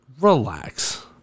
Relax